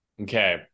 Okay